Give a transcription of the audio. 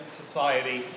society